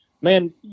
man